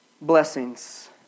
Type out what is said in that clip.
blessings